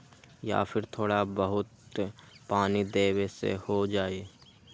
या फिर थोड़ा बहुत पानी देबे से हो जाइ?